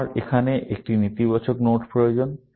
আমার এখানে এই নেতিবাচক নোড প্রয়োজন